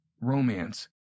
romance